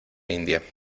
india